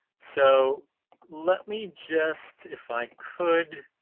so let me just if i could,